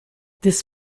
this